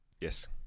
Yes